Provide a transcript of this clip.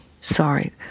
sorry